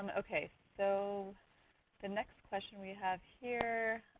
and okay, so the next question we have here